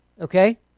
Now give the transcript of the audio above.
Okay